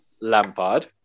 Lampard